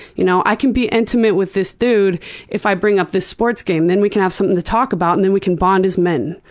you know i can be intimate with this dude if i bring up this sports game then we can have something to talk about and we can bond as men,